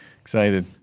excited